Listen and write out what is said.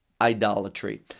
idolatry